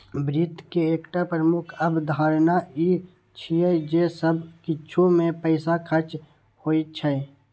वित्त के एकटा प्रमुख अवधारणा ई छियै जे सब किछु मे पैसा खर्च होइ छै